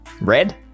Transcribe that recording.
Red